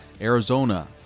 Arizona